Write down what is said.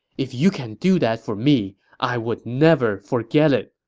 if you can do that for me, i would never forget it!